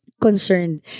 concerned